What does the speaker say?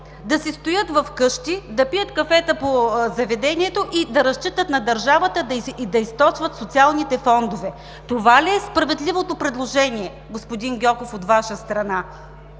да си стоят вкъщи, да пият кафета по заведенията, да разчитат на държавата и да източват социалните фондове. Това ли е справедливото предложение, господин Гьоков, от Ваша страна?